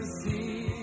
see